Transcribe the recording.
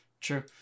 true